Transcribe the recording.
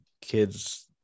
kids